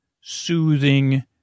soothing